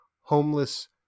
homeless